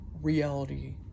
reality